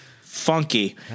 funky